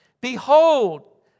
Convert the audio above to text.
Behold